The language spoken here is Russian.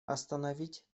остановить